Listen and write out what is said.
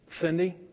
Cindy